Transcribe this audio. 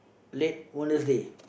late Wednesday